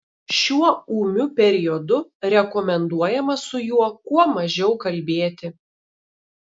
šiuo ūmiu periodu rekomenduojama su juo kuo mažiau kalbėti